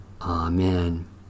Amen